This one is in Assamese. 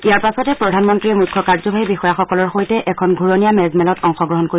ইয়াৰ পাছতে প্ৰধানমন্ত্ৰীয়ে মুখ্য কাৰ্যবাহী বিষয়াসকলৰ সৈতে এখন ঘূৰণীয়া মেজমেলত অংশগ্ৰহণ কৰিব